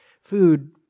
food